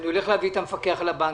ואני הולך להביא את המפקח על הבנקים.